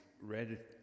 read